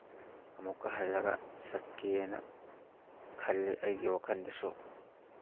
ꯑꯃꯨꯛꯀ ꯍꯜꯂꯒ ꯆꯠꯀꯦꯅ ꯈꯜꯂꯤ ꯑꯩꯒꯤ ꯋꯥꯈꯟꯗꯁꯨ